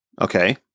Okay